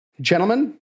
gentlemen